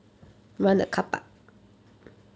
okay